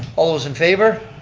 all those in favor?